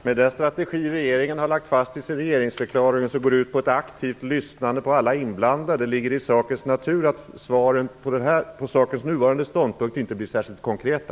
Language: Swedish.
Fru talman! Med den strategi regeringen har lagt fast i sin regeringsförklaring och som går ut på ett aktivt lyssnande på alla inblandade ligger det i sakens natur att svaren på sakens nuvarande ståndpunkt inte blir särskilt konkreta.